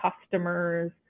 customers